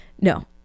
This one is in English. no